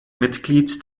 mitglied